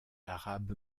arabe